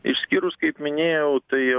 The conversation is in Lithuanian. išskyrus kaip minėjau tai